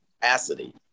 capacity